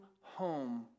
home